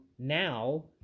now